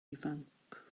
ifanc